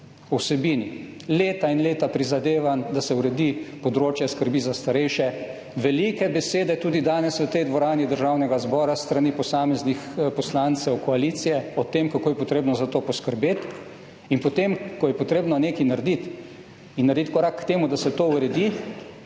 vsebini. Leta in leta prizadevanj, da se uredi področje skrbi za starejše, velike besede tudi danes v tej dvorani Državnega zbora s strani posameznih poslancev koalicije o tem, kako je potrebno za to poskrbeti, in potem ko je potrebno nekaj narediti in narediti korak k temu, da se to uredi,